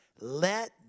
Let